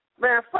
man